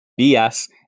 BS